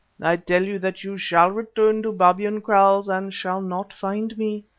i tell you that you shall return to babyan kraals and shall not find me.